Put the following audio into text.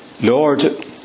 Lord